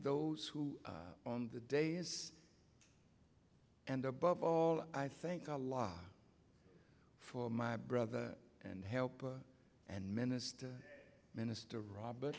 those who are on the dais and above all i think a lot for my brother and helper and minister minister robe